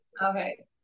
Okay